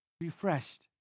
refreshed